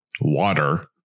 water